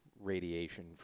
Radiation